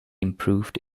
improved